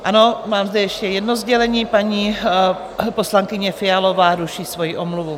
Ano, mám zde ještě jedno sdělení: paní poslankyně Fialová ruší svoji omluvu.